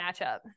matchup